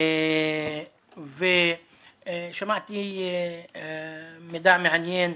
ושמעתי מידע מעניין,